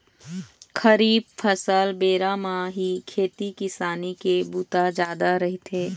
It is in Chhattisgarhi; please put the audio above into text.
खरीफ फसल बेरा म ही खेती किसानी के बूता जादा रहिथे